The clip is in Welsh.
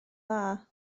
dda